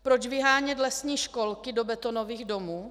Proč vyhánět lesní školky do betonových domů?